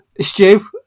Stu